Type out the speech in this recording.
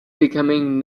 becoming